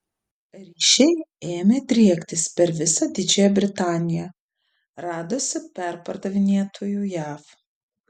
ryšiai ėmė driektis per visą didžiąją britaniją radosi perpardavinėtojų jav